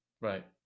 right